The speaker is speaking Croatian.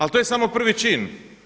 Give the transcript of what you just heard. Ali to je samo prvi čin.